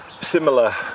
similar